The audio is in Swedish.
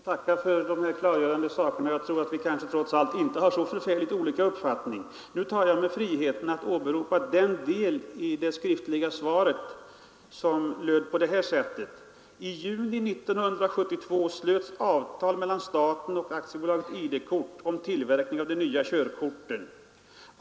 Herr talman! Jag ber att få tacka för dessa klarlägganden. Vi har kanske trots allt inte så förfärligt olika uppfattningar. Jag tar mig nu friheten att åberopa den del i det skriftliga svaret som lyder: ”I juni 1972 slöts avtal mellan staten och AB ID-kort om tillverkningen av de nya körkorten.